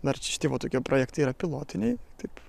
dar šiti va tokie projektai yra pilotiniai taip